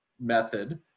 method